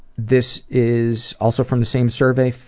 this is also from the same survey.